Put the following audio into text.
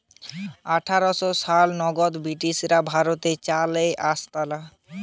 আঠার শ সাল নাগাদ ব্রিটিশরা ভারতে চা লেই আসতালা